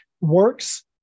works